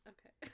Okay